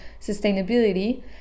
sustainability